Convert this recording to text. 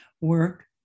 work